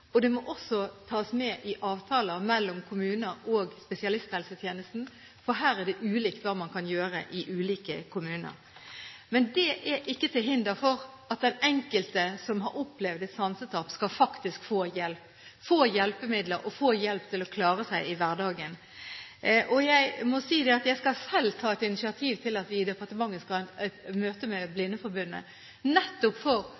og det må også tas med i avtaler mellom kommuner og spesialisthelsetjenesten, for det er ulikt hva man kan gjøre i ulike kommuner. Men det er ikke til hinder for at den enkelte som har opplevd et sansetap, faktisk skal få hjelp, få hjelpemidler og få hjelp til å klare seg i hverdagen. Jeg skal selv ta initiativ til at vi i departementet skal ha et møte med Blindeforbundet, nettopp for